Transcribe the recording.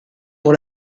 pour